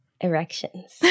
Erections